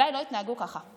אליי לא יתנהגו ככה.